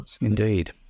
indeed